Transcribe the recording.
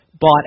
bought